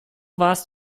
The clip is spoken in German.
warst